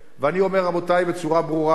ואני אומר, רבותי, בצורה ברורה: